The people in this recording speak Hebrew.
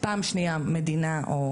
פעם שנייה, המדינה נמצאת